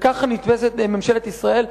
וכך נתפסת ממשלת ישראל.